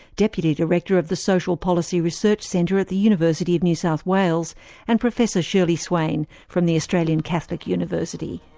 deputy director of the social policy research centre at the university of new south wales and professor shurlee swain from the australian catholic university.